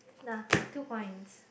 nah two points